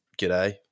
g'day